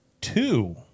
two